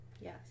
Yes